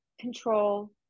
control